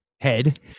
head